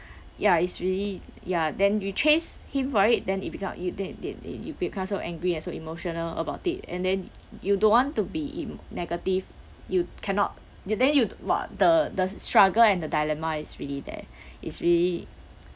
ya it's really ya then you chase him for it then it become you then then you become so angry and so emotional about it and then you don't want to be in negative you cannot and then you !wah! the the struggle and the dilemma is it's really there it's really